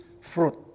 fruit